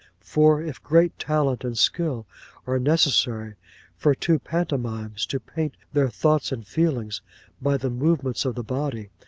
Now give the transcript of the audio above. for if great talent and skill are necessary for two pantomimes to paint their thoughts and feelings by the movements of the body,